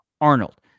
Arnold